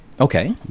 Okay